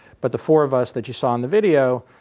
but the four of us that you saw in the video,